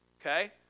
okay